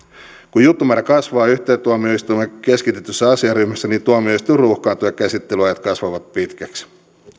kun juttumäärä kasvaa yhteen tuomioistuimeen keskitetyssä asiaryhmässä tuomioistuin ruuhkautuu ja käsittelyajat kasvavat pitkiksi